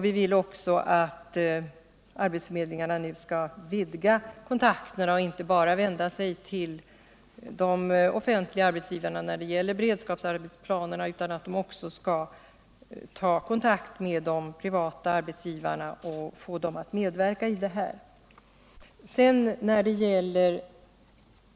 Vi vill också att arbetsförmedlingarna skall vidga kontakterna och inte bara vända sig till de offentliga arbetsgivarna när det gäller beredskapsarbetsplanerna, utan att de också skall ta kontakt med de privata arbetsgivarna och låta dem medverka. Socialdemokraterna har